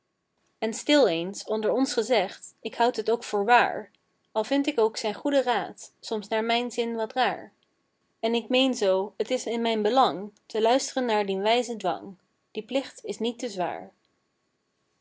en stil eens onder ons gezegd ik houd het ook voor waar al vind ik ook zijn goeden raad soms naar mijn zin wat raar en k meen zoo t is in mijn belang te luist'ren naar dien wijzen dwang die plicht is niet te zwaar